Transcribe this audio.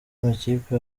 amakipe